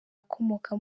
akomoka